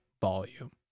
volume